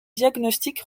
diagnostic